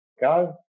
go